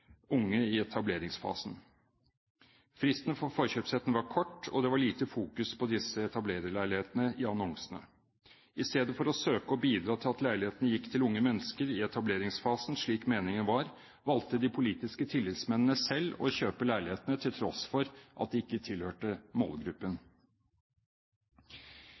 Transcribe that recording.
unge etablerere. Fristen for forkjøpsretten var kort, og det var lite fokus på disse etablererleilighetene i annonsene. I stedet for å søke å bidra til at leilighetene gikk til unge mennesker i etableringsfasen slik meningen var, valgte de politiske tillitsmennene selv å kjøpe leilighetene til tross for at de ikke tilhørte målgruppen.»